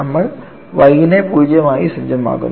നമ്മൾ y നെ 0 ആയി സജ്ജമാക്കുന്നു